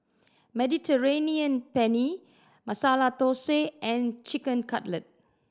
Mediterranean Penne Masala Dosa and Chicken Cutlet